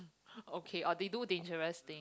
okay or they do dangerous thing